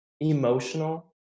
emotional